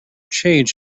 change